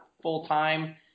full-time